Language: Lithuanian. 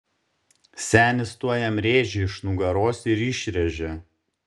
senis tuoj jam rėžį iš nugaros ir išrėžė